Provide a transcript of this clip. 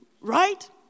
right